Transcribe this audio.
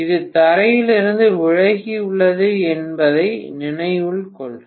இது தரையில் இருந்து விலகி உள்ளது என்பதை நினைவில் கொள்க